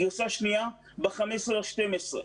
גרסה שנייה מעודכנת ב-15 בדצמבר.